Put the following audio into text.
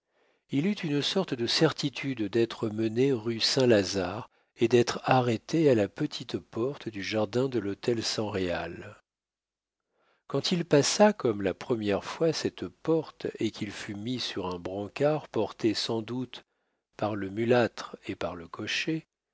il eut une sorte de certitude d'être mené rue saint-lazare et d'être arrêté à la petite porte du jardin de l'hôtel san réal quand il passa comme la première fois cette porte et qu'il fut mis sur un brancard porté sans doute par le mulâtre et par le cocher